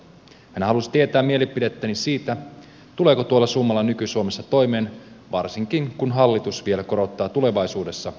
hän halusi tietää mielipidettäni siitä tuleeko tuolla summalla nyky suomessa toimeen varsinkin kun hallitus vielä korottaa tulevaisuudessa kulutusveroja